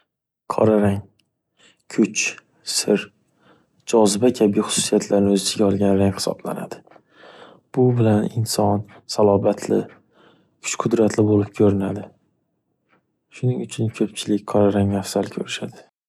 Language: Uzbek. Qora rang. Kuch, Sir, Joziba kabi xususiyatlarni o‘z ichiga olgan rang hisoblanadi. Bu bilan inson salobatli kuch qudratli bo‘lib ko‘rinadi. Shuning uchun ko‘pchilik qora rangni afzal ko‘rishadi.